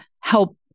help